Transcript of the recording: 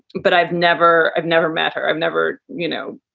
but i've never i've never met her. i've never you know,